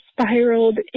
spiraled